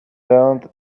learned